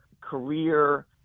career